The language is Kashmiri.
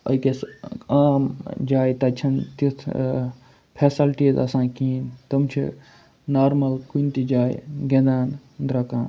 أکِس عام جایہِ تَتہِ چھَنہٕ تِژھ فیسَلٹیٖز آسان کِہیٖنۍ تِم چھِ نارمَل کُنہ تہِ جایہِ گِنٛدان درٛۄکان